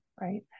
right